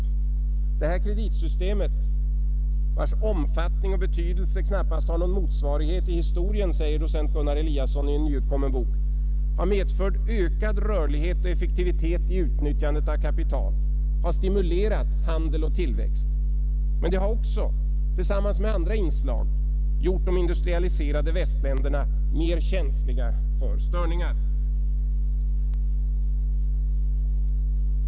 Docent Gunnar Eliasson skriver i en nyutkommen bok bl.a. att detta kreditsystem, vars ”omfattning och betydelse knappast har någon motsvarighet i historien”, har medfört ökad rörlighet och effektivitet i utnyttjandet av kapital, har stimulerat handel och tillväxt. Men det har också, tillsammans med andra inslag, gjort de industrialiserade västländerna mer känsliga för störningar.